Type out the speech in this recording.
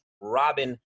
Robin